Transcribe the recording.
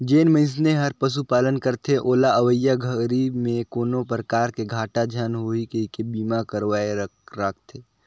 जेन मइनसे हर पशुपालन करथे ओला अवईया घरी में कोनो परकार के घाटा झन होही कहिके बीमा करवाये राखथें